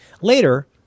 Later